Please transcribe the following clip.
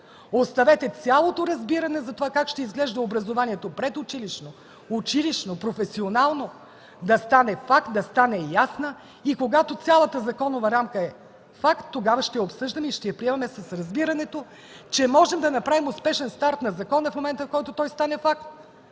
Оставете цялото разбиране за това как ще изглежда образованието – предучилищно, училищно, професионално, да стане факт, да стане ясно. Когато цялата законова рамка е факт, тогава ще я обсъждаме и ще я приемаме с разбирането, че можем да направим успешен старт на закона в момента, в който стане факт.